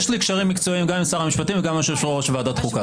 יש לי קשרים מקצועיים גם עם שר המשפטים וגם עם יו"ר ועדת חוקה.